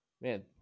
man